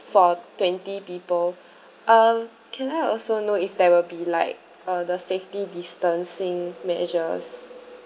for twenty people um can I also know if there will be like uh the safety distancing measures